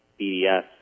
BDS